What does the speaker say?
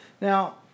now